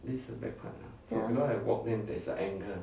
ya